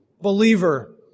believer